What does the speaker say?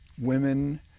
women